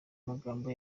magambo